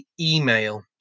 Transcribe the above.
email